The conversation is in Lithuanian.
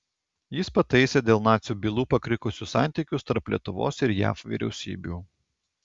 jis pataisė dėl nacių bylų pakrikusius santykius tarp lietuvos ir jav vyriausybių